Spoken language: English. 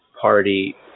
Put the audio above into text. party